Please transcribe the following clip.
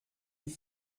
die